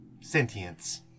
sentience